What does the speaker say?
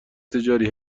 تجاری